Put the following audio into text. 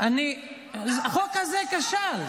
החוק הזה כשל.